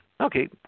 Okay